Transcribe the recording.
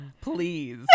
Please